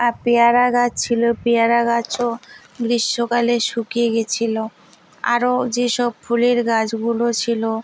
আর পেয়ারা গাছ ছিল পেয়ারা গাছও গ্রীষ্মকালে শুকিয়ে গিয়েছিল আরও যে সব ফুলের গাছগুলো ছিল